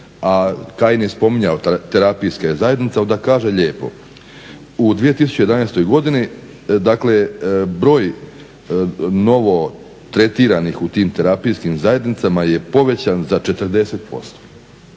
a Kajin je spominjao terapijske zajednice onda kaže lijepo: "U 2011.godini, dakle broj novo tretiranih u tim terapijskim zajednicama je povećan za 40%."